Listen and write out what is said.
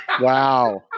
Wow